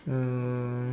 um